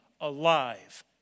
alive